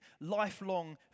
lifelong